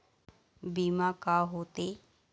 बीमा का होते?